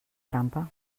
trampa